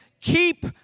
keep